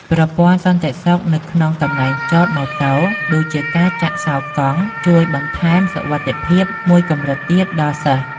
ប្រព័ន្ធសន្តិសុខនៅក្នុងកន្លែងចតម៉ូតូដូចជាការចាក់សោរកង់ ជួយបន្ថែមសុវត្ថិភាពមួយកម្រិតទៀតដល់សិស្ស។